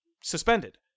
suspended